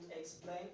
explain